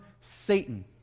Satan